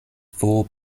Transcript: four